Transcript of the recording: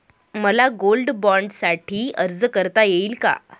मला गोल्ड बाँडसाठी अर्ज करता येईल का?